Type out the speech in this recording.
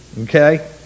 okay